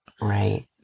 Right